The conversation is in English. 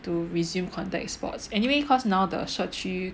to resume contact sports anyway cause now the 社区